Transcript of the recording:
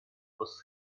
was